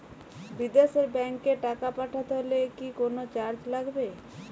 বিদেশের ব্যাংক এ টাকা পাঠাতে হলে কি কোনো চার্জ লাগবে?